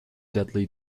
deadly